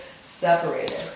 separated